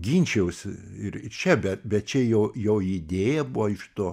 ginčijausi ir čia be bet čia jo jo idėja buvo iš to